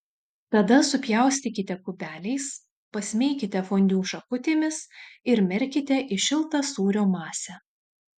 tada supjaustykite kubeliais pasmeikite fondiu šakutėmis ir merkite į šiltą sūrio masę